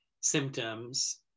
symptoms